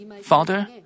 Father